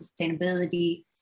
sustainability